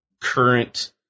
current